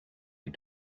you